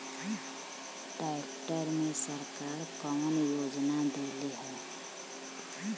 Tractor मे सरकार कवन योजना देले हैं?